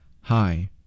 Hi